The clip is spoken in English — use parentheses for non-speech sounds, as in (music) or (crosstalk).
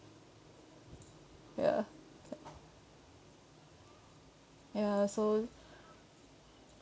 ya ya so (breath)